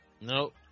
Nope